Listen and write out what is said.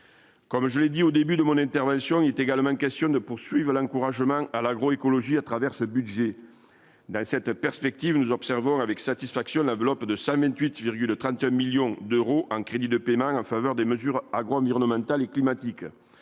Comme je l'ai dit au début de mon intervention, il est également question de poursuivent l'encouragement à l'agroécologie à travers ce budget dans cette perspective, nous observons avec satisfaction l'enveloppe de 128 de 30 millions d'euros en crédits de paiement en faveur des mesures agro-environnementales et climatiques,